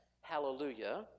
hallelujah